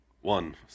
One